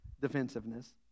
defensiveness